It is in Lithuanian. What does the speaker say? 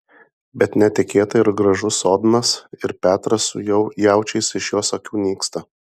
bet netikėtai ir gražus sodnas ir petras su jaučiais iš jos akių nyksta